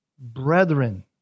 brethren